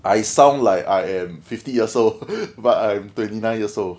I sound like I am fifty years old but I'm twenty-nine years old